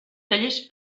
tallers